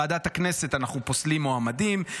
בוועדת הכנסת אנחנו פוסלים מועמדים.